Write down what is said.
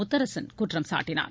முத்தரசன் குற்றம் சாட்டினார்